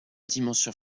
dimension